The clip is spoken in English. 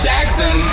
Jackson